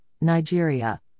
Nigeria